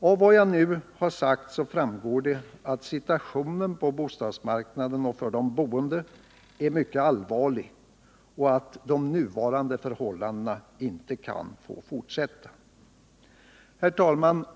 Av vad jag nu sagt framgår att situationen på bostadsmarknaden och för de boende är mycket allvarlig och att de nuvarande förhållandena inte kan få fortsätta. Herr talman!